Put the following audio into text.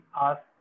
ask